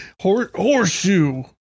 Horseshoe